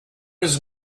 his